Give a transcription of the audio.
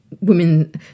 women